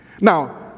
Now